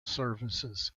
services